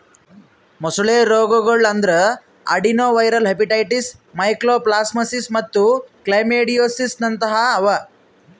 ಮೊಸಳೆ ರೋಗಗೊಳ್ ಅಂದುರ್ ಅಡೆನೊವೈರಲ್ ಹೆಪಟೈಟಿಸ್, ಮೈಕೋಪ್ಲಾಸ್ಮಾಸಿಸ್ ಮತ್ತ್ ಕ್ಲಮೈಡಿಯೋಸಿಸ್ನಂತಹ ಅವಾ